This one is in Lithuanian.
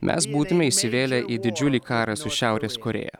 mes būtume įsivėlę į didžiulį karą su šiaurės korėja